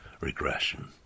regression